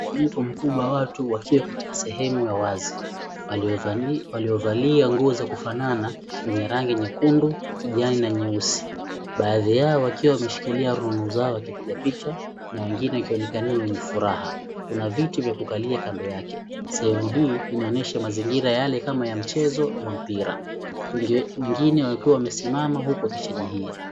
Mkusanyiko mkubwa watu wakiwa katika sehemu ya wazi. Waliovalia nguo za kufanana zenye rangi nyekundu, kijani na nyeusi. Baadhi yao wakiwa wameshikilia rununu zao wakipiga picha na wengine wakionekana ni wenye furaha. Kuna viti vya kukalia kando yake. Sehemu hii inaonyesha mazingira yale kama ya mchezo wa mpira. Wengine wakiwa wamesimama huku wakishabikia.